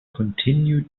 continue